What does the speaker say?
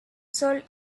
sol